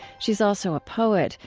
she is also a poet,